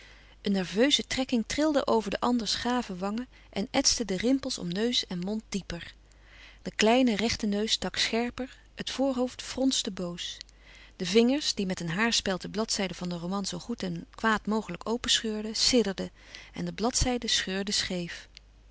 een nerveuze trekking trilde over de anders gave wangen en etste de rimpels om neus en mond dieper de kleine rechte neus stak scherper het voorhoofd fronste boos de vingers die met een haarspeld de bladzijden van den roman zoo goed en kwaad mogelijk openscheurden sidderden en de bladzijde scheurde scheef